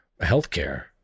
healthcare